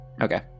Okay